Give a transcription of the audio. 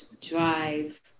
drive